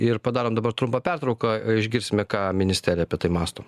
ir padarom dabar trumpą pertrauką išgirsime ką ministerija apie tai mąsto